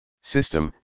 System